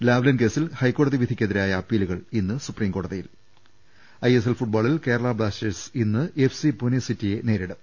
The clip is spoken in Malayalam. ലാവ്ലിൻ കേസിൽ ഹൈക്കോട്ടതി വിധിക്കെതിരായ അപ്പീ ലുകൾ ഇന്ന് സുപ്രീംകോടതിയിൽ ഐഎസ്എൽ ഫുട്ബോളിൽ കേരള ബ്ലാസ്റ്റേഴ്സ് ഇന്ന് എഫ്സി പൂണെ സിറ്റിയെ നേരിടും